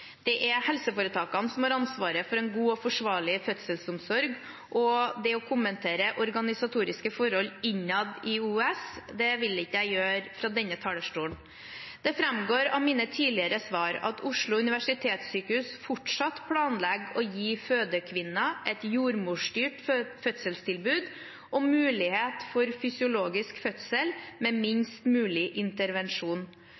Det er helseforetakene som har ansvaret for en god og forsvarlig fødselsomsorg. Jeg vil ikke kommentere organisatoriske forhold innad i OUS fra denne talerstolen. Det framgår av mine tidligere svar at Oslo universitetssykehus fortsatt planlegger å gi fødekvinner et jordmorstyrt fødselstilbud og mulighet for fysiologisk fødsel med